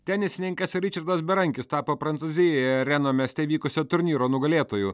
tenisininkas ričardas berankis tapo prancūzijoje reno mieste vykusio turnyro nugalėtoju